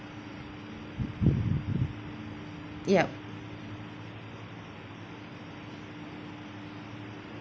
yup